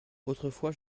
autrefois